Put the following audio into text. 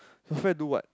do what